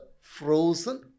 frozen